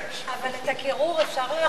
אבל את הקירור אפשר להחליש?